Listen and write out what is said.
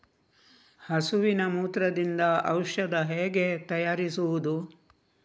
ಹಸುವಿನ ಮೂತ್ರದಿಂದ ಔಷಧ ಹೇಗೆ ತಯಾರಿಸುವುದು?